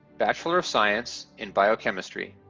bachelor of science in biochemistry.